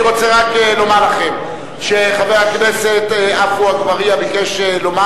אני רוצה רק לומר לכם שחבר הכנסת עפו אגבאריה ביקש לומר